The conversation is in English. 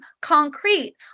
concrete